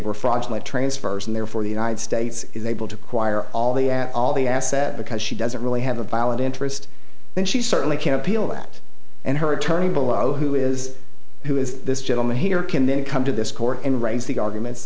fraudulent transfers and therefore the united states is able to acquire all the at all the asset because she doesn't really have a valid interest and she certainly can appeal that and her attorney below who is who is this gentleman here can then come to this court and raise the arguments